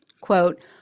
quote